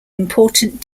important